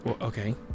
okay